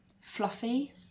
Fluffy